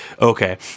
okay